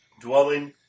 dwelling